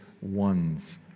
ones